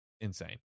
insane